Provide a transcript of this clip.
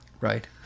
right